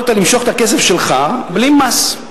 יכולת למשוך את הכסף שלך בלי מס.